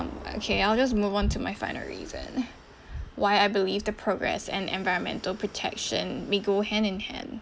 um okay I'll just move on to my final reason why I believe the progress and environmental protection may go hand in hand